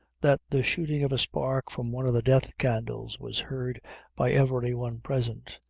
that the shooting of a spark from one of the death-candles was heard by every one present,